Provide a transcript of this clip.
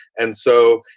and so,